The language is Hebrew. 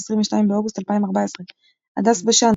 22 באוגוסט 2014 הדס בשן,